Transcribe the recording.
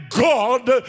God